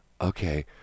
okay